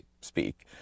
speak